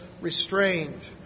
restrained